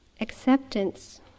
Acceptance